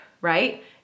right